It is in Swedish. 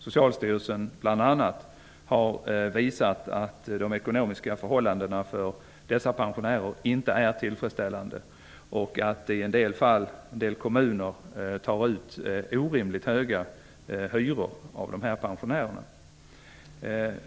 Socialstyrelsen, bl.a., har visat att de ekonomiska förhållandena för dessa pensionärer inte är tillfredsställande och att en del kommuner tar ut orimligt höga hyror av de här pensionärerna.